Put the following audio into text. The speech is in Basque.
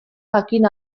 jakin